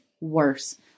worse